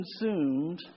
consumed